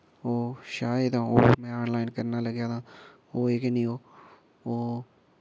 ओह् शायद ओह् में आन लाईन करन लग्गेआ तां होऐ गे निं ओह् ओह्